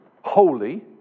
holy